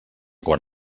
quan